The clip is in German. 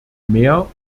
mehr